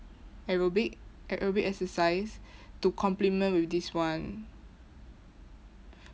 aerobic aerobic exercise to compliment with this one